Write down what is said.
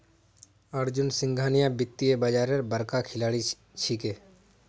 अर्जुन सिंघानिया वित्तीय बाजारेर बड़का खिलाड़ी छिके